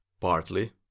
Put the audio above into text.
partly